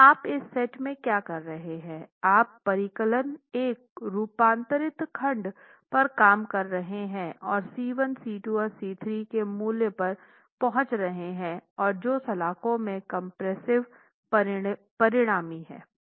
आप इस सेट में क्या कर रहे हैं आप परिकलन एक रूपांतरित खंड पर काम कर रहा है और C 1 C 2 C 3 के मूल्य पर पहुंच रहे है और जो सलाख़ों में कम्प्रेस्सिव परिणामी हैं